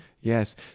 Yes